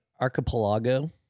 archipelago